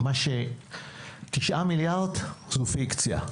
תשעה מיליארד זו פיקציה.